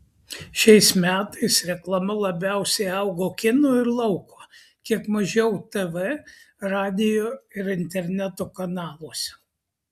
šiais metais reklama labiausiai augo kino ir lauko kiek mažiau tv radijo ir interneto kanaluose